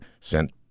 sent